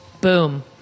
Boom